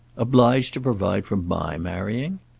obliged to provide for my marrying?